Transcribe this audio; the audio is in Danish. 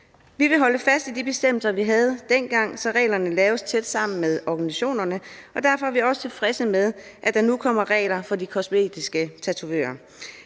Vi vil holde fast i de bestemmelser, vi havde dengang, så reglerne laves tæt sammen med organisationerne. Og derfor er vi også tilfredse med, at der nu kommer regler for de kosmetiske tatovører.